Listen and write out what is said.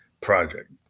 project